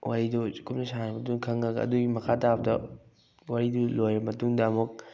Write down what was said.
ꯋꯥꯔꯤꯗꯣ ꯀꯨꯞꯅ ꯁꯥꯟꯅꯔ ꯃꯇꯨꯡ ꯈꯪꯉꯒ ꯑꯗꯨꯏ ꯃꯈꯥ ꯇꯥꯕꯗ ꯋꯥꯔꯤꯗꯣ ꯂꯣꯏꯔ ꯃꯇꯨꯡꯗ ꯑꯃꯨꯛ